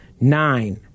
Nine